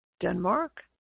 Denmark